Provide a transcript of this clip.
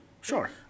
Sure